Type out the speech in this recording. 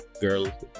girl